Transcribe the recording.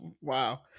Wow